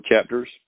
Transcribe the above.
chapters